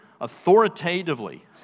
authoritatively